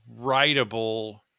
writable